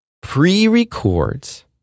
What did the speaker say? pre-records